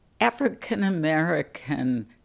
African-American